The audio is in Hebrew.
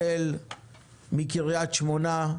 החל מקרית שמונה,